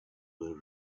were